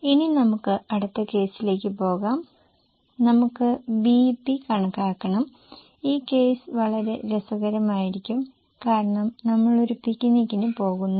ഇനി നമുക്ക് അടുത്ത കേസിലേക്ക് പോകാം നമുക്ക് BEP കണക്കാക്കണം ഈ കേസ് വളരെ രസകരമായിരിക്കും കാരണം നമ്മൾ ഒരു പിക്നിക്കിന് പോകുന്നു